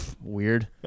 Weird